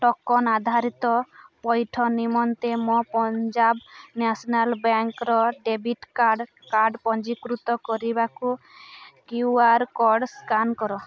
token ଆଧାରିତ ପଇଠ ନିମନ୍ତେ ମୋ ପଞ୍ଜାବ ନ୍ୟାସନାଲ୍ ବ୍ୟାଙ୍କ୍ର ଡେବିଟ୍ କାର୍ଡ଼୍ କାର୍ଡ଼୍ ପଞ୍ଜୀକୃତ କରିବାକୁ କ୍ୟୁ ଆର୍ କୋଡ଼୍ ସ୍କାନ୍ କର